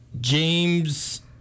James